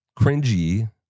cringy